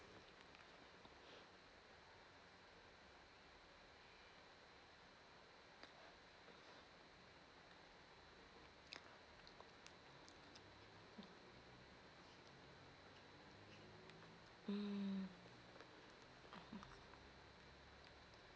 mm